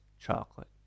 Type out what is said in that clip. chocolate